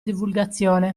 divulgazione